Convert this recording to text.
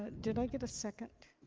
did i get a second?